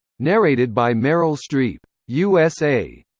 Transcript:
narrated by meryl streep. usa.